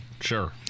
sure